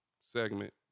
segment